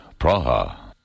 Praha